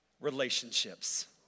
Relationships